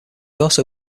also